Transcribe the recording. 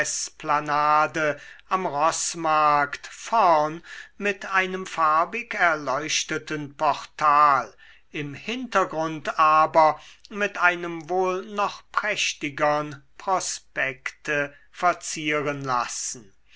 lindenesplanade am roßmarkt vorn mit einem farbig erleuchteten portal im hintergrund aber mit einem wohl noch prächtigern prospekte verzieren lassen